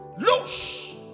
Loose